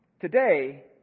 Today